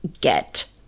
get